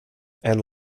and